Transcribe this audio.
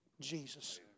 Jesus